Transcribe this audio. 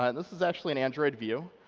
and this is actually an android view.